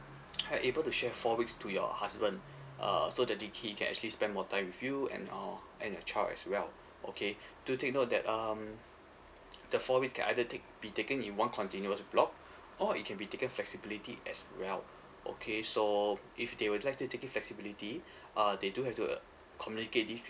are able to share four weeks to your husband uh so that he he can actually spend more time with you and or and your child as well okay do take note that um the four weeks can either take be taken in one continuous block or it can be taken flexibility as well okay so if they would like to take it flexibility ah they do have to uh communicate this